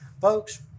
Folks